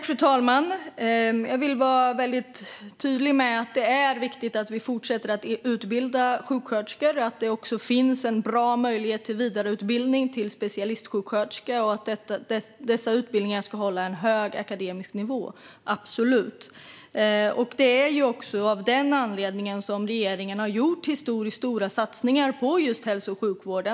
Fru talman! Jag vill vara tydlig med att det är viktigt att vi fortsätter att utbilda sjuksköterskor och att det finns en bra möjlighet till vidareutbildning till specialistsjuksköterska. Dessa utbildningar ska absolut hålla en hög akademisk nivå. Det är av den anledningen som regeringen har gjort historiskt stora satsningar på just hälso och sjukvården.